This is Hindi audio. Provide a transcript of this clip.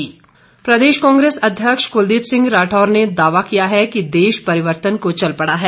राठौर प्रदेश कांग्रेस अध्यक्ष कुलदीप सिंह राठौर ने दावा किया है कि देश परिवर्तन को चल पड़ा है